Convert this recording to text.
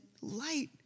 light